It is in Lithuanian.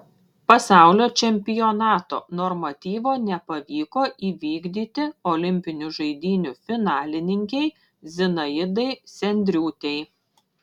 pasaulio čempionato normatyvo nepavyko įvykdyti olimpinių žaidynių finalininkei zinaidai sendriūtei